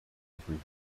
reviews